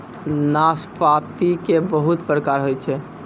नाशपाती के बहुत प्रकार होय छै